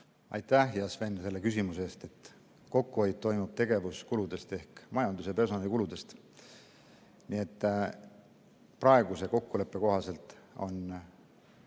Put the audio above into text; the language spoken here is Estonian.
Aitäh, hea Sven, selle küsimuse eest! Kokkuhoid toimub tegevuskuludes ehk majandus‑ ja personalikuludes. Nii et praeguse kokkuleppe kohaselt on